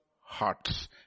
hearts